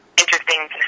interesting